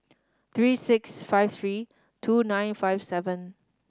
three six five three two nine five seven